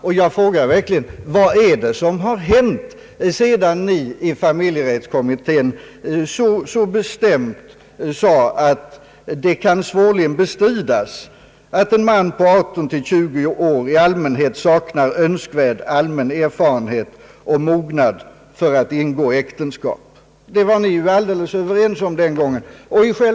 ändring i giftermålsbalken, m.m. har hänt sedan ni i familjerättskommittén så bestämt sade: »Det kan svårligen bestridas att en man på 18—20 år i allmänhet saknar önskvärd allmän erfarenhet och mognad för att ingå äktenskap.» Det var ni ju alldeles överens om den gången.